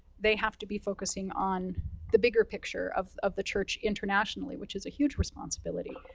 they have to be focusing on the bigger picture of of the church internationally, which is a huge responsibility.